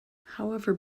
however